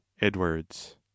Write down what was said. edwards